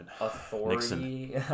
authority